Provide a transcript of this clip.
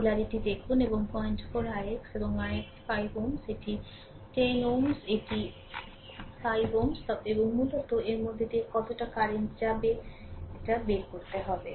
polarity দেখুন এবং 04 ix এবং ix 5 Ω এটি 10 Ω এটি 5 Ω এবং মূলত এর মধ্যে দিয়ে কতটা কারেন্ট যাবে এব্র করতে হবে